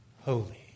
holy